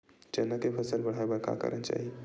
चना के फसल बढ़ाय बर का करना चाही?